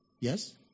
Yes